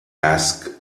ask